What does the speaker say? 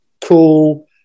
cool